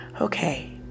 okay